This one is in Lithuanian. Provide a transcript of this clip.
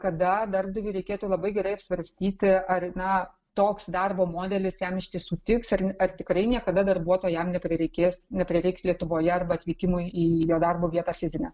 kada darbdaviui reikėtų labai gerai apsvarstyti ar na toks darbo modelis jam iš tiesų tiks ir ar tikrai niekada darbuotojams neprireikės neprireiks lietuvoje arba atvykimui į jo darbo vietą fizinę